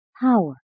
Power